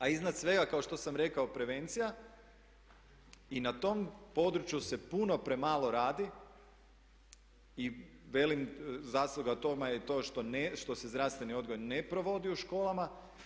A iznad svega kao što sam rekao prevencija i na tom području se puno premalo radi i velim zasluga toga je to što se zdravstveni odgoj ne provodi u školama.